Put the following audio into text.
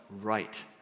right